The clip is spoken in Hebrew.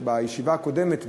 בישיבה הקודמת,